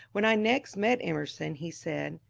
when i next met emerson he said,